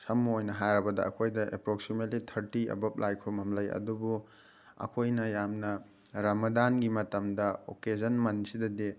ꯁꯝꯅ ꯑꯣꯏꯅ ꯍꯥꯏꯔꯕꯗ ꯑꯩꯈꯣꯏꯗ ꯑꯦꯄ꯭ꯔꯣꯛꯁꯤꯃꯦꯠꯂꯤ ꯊꯥꯔꯇꯤ ꯑꯕꯞ ꯂꯥꯏ ꯈꯨꯔꯝꯐꯝ ꯂꯩ ꯑꯗꯨꯕꯨ ꯑꯩꯈꯣꯏꯅ ꯌꯥꯝꯅ ꯔꯃꯗꯥꯟꯒꯤ ꯃꯇꯝꯗ ꯑꯣꯀꯦꯖꯟ ꯃꯟꯁꯤꯗꯗꯤ